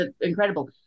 incredible